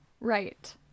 Right